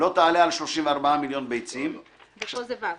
לא תעלה על 34 מיליון ביצים." ופה זה (ו).